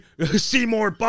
Seymour